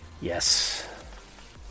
Yes